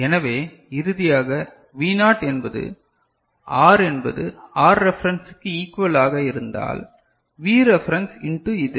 எனவே இறுதியாக V naught என்பது R என்பது R ரெஃபரன்ஸ்க்கு ஈக்குவளாக இருந்தால் V ரெஃபரன்ஸ் இண்டு இது